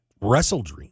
WrestleDream